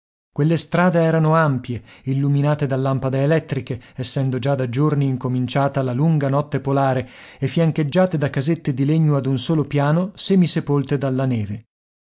quelle strade erano ampie illuminate da lampade elettriche essendo già da giorni incominciata la lunga notte polare e fiancheggiate da casette di legno ad un solo piano semisepolte dalla neve